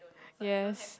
yes